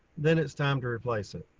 then it's time to replace it.